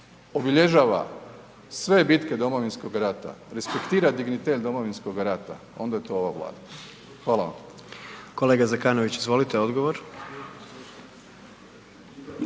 obilježava sve bitke Domovinskog rata, respektira dignitet Domovinskog rata, onda je to ova Vlada. Hvala vam. **Jandroković, Gordan